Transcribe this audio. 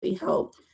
help